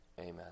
Amen